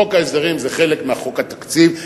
חוק ההסדרים זה חלק מחוק התקציב,